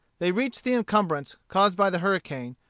they reached the encumbrance caused by the hurricane,